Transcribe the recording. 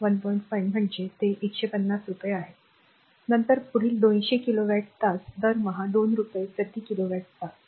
5 म्हणजे ते 150 रुपये आहेत नंतर पुढील 200 किलोवॅट तास दरमहा 2 रुपये प्रति किलोवॅट तास